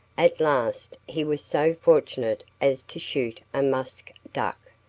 at last he was so fortunate as to shoot a musk duck,